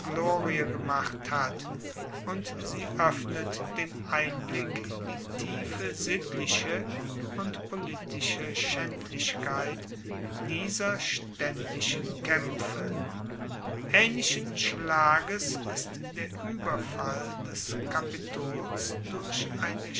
glorie gemacht hat und sie oeffnet den einblick in die tiefe sittliche und politische schaendlichkeit dieser staendischen kaempfe aehnlichen schlages ist der ueberfall des kapitols durch eine